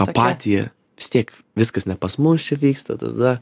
apatija vistiek viskas ne pas mus čia įvyksta tada